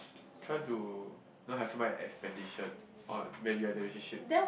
try to not have so many expectation on when you're in the relationship